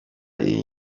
iyi